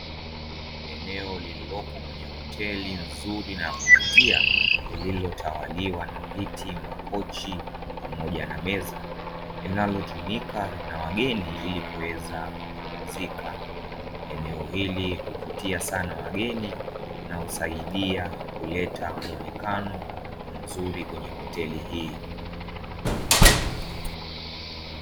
Eneo liliLOpo kwenye hoteli nzuri na ya kuvutia, lililotawaliwa na: viti, makochi pamoja na meza. Linalotumika na wageni ili kuweza kupumzika. Eneo hili huvutia sana wageni na husaidia kuleta mwonekano mzuri kwenye hoteli hii.